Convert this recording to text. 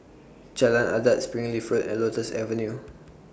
Jalan Adat Springleaf Road and Lotus Avenue